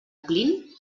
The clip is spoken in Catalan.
plint